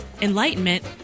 enlightenment